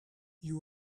you